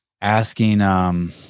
asking